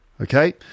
Okay